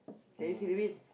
can you see the beach